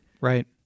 Right